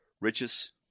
riches